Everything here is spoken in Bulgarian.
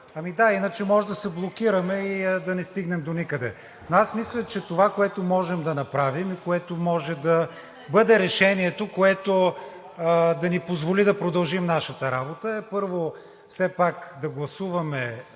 Ами да, иначе може да се блокираме и да не стигнем доникъде. Но аз мисля, че това, което можем да направим и може да бъде решението, което да ни позволи да продължим нашата работа, е, първо, все пак да гласуваме